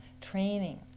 training